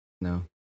No